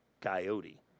Coyote